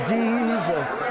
Jesus